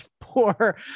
poor